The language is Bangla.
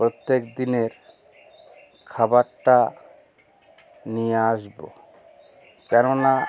প্রত্যেক দিনের খাবারটা নিয়ে আসবো কেননা